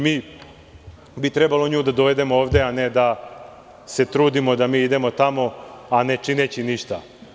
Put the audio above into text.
Mi bi trebalo nju da dovedemo ovde, a ne da se trudimo da mi idemo tamo, a ne čineći ništa.